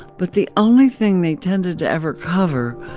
but the only thing they tended to ever cover